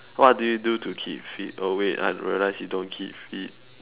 what do you do to keep fit oh wait I realise you don't keep fit